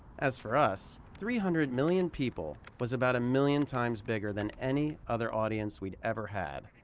as for us, three hundred million people was about a million times bigger than any other audience we'd ever had.